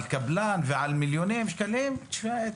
על קבלן ועל מיליוני שקלים פינדרוס,